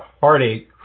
heartache